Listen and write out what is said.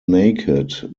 naked